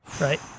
right